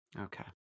Okay